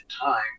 time